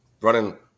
running